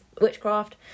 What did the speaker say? witchcraft